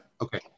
Okay